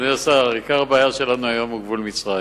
אדוני השר, עיקר הבעיה שלנו היום היא גבול מצרים.